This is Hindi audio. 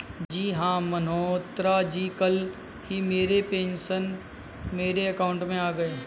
जी हां मल्होत्रा जी कल ही मेरे पेंशन मेरे अकाउंट में आ गए